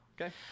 Okay